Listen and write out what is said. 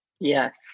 Yes